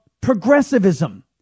progressivism